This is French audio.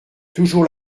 toujours